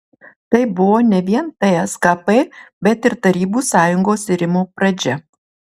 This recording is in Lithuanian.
tai buvo ne vien tskp bet ir tarybų sąjungos irimo pradžia